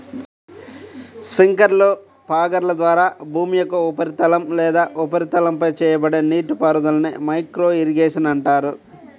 స్ప్రింక్లర్లు, ఫాగర్ల ద్వారా భూమి యొక్క ఉపరితలం లేదా ఉపరితలంపై చేయబడే నీటిపారుదలనే మైక్రో ఇరిగేషన్ అంటారు